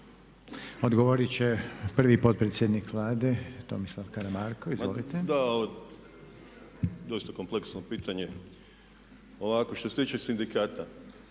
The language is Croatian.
Odgovorit će prvi potpredsjednik Vlade Tomislav Karamarko, izvolite. **Karamarko, Tomislav (HDZ)** Ma da dosta kompleksno pitanje. Ovako što se tiče sindikata,